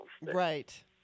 Right